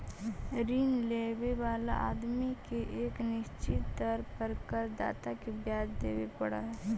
ऋण लेवे वाला आदमी के एक निश्चित दर पर कर्ज दाता के ब्याज देवे पड़ऽ हई